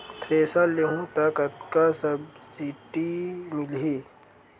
Thresher लेहूं त कतका सब्सिडी मिलही?